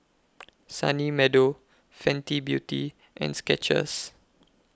Sunny Meadow Fenty Beauty and Skechers